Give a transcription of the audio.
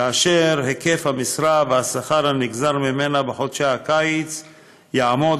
כאשר היקף המשרה והשכר הנגזר ממנה בחודשי הקיץ יעמוד